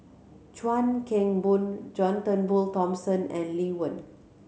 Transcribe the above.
Chuan Keng Boon John Turnbull Thomson and Lee Wen